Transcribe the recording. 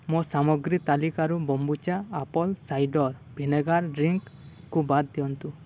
ମୋ ସାମଗ୍ରୀ ତାଲିକାରୁ ବମ୍ବୁଚା ଆପଲ୍ ସାଇଡ଼ର୍ ଭିନେଗାର୍ ଡ୍ରିଙ୍କ୍କୁ ବାଦ ଦିଅନ୍ତୁ